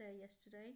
yesterday